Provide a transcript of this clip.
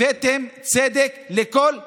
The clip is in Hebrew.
הבאתם צדק לכל הילדים,